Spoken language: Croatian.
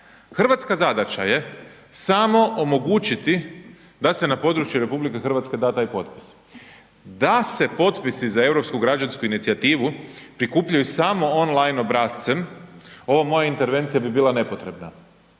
Hrvatska zadaća je samo omogućiti da se na području RH da taj potpis. Da se potpisi za europsku građansku inicijativu prikupljaju samo online obrascem, ova moja intervencija bi bila nepotrebna.